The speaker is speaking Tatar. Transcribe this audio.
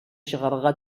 чыгарга